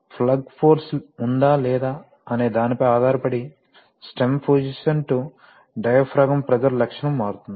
plug force ఉందా లేదా అనే దానిపై ఆధారపడి stem position to diaphragm pressure లక్షణము మారుతుంది